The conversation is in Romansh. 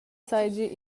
seigi